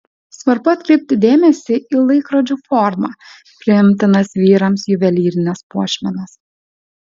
svarbu atkreipti dėmesį į laikrodžių formą priimtinas vyrams juvelyrines puošmenas